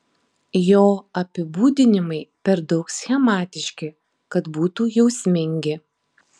jo apibūdinimai per daug schematiški kad būtų jausmingi